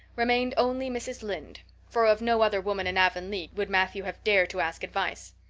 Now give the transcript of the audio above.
remained only mrs. lynde for of no other woman in avonlea would matthew have dared to ask advice.